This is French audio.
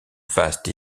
vaste